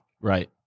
Right